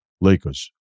Lakers